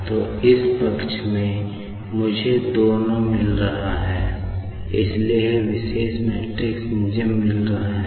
तो इस पक्ष में मुझे ये दोनों मिल रहा है इसलिए यह विशेष मैट्रिक्स मिल रहा है